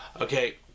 okay